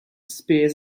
spears